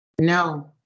No